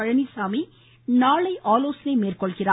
பழனிசாமி நாளை ஆலோசனை மேற்கொள்கிறார்